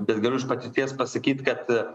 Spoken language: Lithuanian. bet galiu iš patirties pasakyt kad